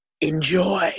Enjoy